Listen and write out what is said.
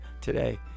today